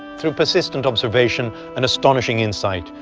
through persistent observation and astonishing insight,